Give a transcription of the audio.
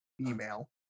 email